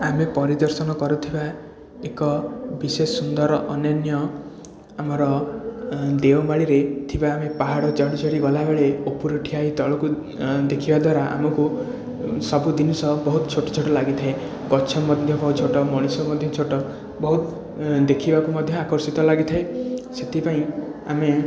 ଆମେ ପରିଦର୍ଶନ କରୁଥିବା ଏକ ବିଶେଷ ସୁନ୍ଦର ଅନନ୍ୟ ଆମର ଦେଓମାଳିରେ ଥିବା ଆମେ ପାହାଡ଼ ଚଢ଼ି ଚଢ଼ି ଗଲାବେଳେ ଉପରୁ ଠିଆହେଇ ତଳକୁ ଦେଖିବା ଦ୍ୱାରା ଆମକୁ ସବୁଜିନିଷ ବହୁତ ଛୋଟ ଛୋଟ ଲାଗିଥାଏ ଗଛ ମଧ୍ୟ ବହୁତ ଛୋଟ ମଣିଷ ମଧ୍ୟ ଛୋଟ ବହୁତ ଦେଖିବାକୁ ମଧ୍ୟ ଆକର୍ଷିତ ଲାଗିଥାଏ ସେଥିପାଇଁ ଆମେ